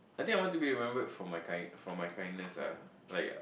I think I want to be remember for my kind for my kindness ah like